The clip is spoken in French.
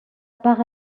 par